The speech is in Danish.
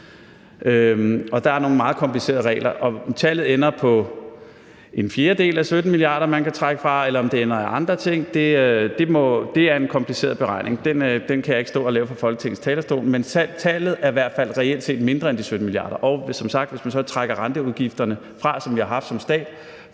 og der er nogle meget komplicerede regler. Om tallet ender på en fjerdedel af 17 mia. kr., som man kan trække fra, eller om det ender i andre ting, er en kompliceret beregning, og den kan jeg ikke stå og lave fra Folketingets talerstol. Men tallet er i hvert fald reelt set mindre end de 17 mia. kr., og som sagt, hvis man så trækker renteudgifterne, som vi har haft som stat